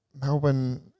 Melbourne